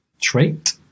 trait